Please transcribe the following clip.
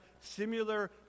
similar